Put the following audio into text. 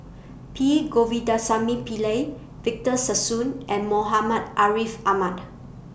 P Govindasamy Pillai Victor Sassoon and Muhammad Ariff Ahmad